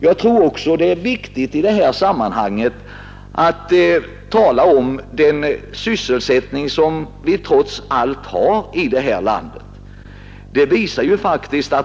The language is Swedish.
Jag tror också det är viktigt att tala om den sysselsättning som vi trots allt har här i landet.